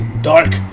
dark